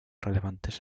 relevantes